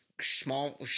small